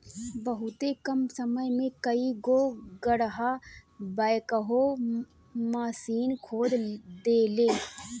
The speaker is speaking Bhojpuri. बहुते कम समय में कई गो गड़हा बैकहो माशीन खोद देले